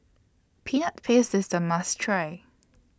Peanut Paste IS A must Try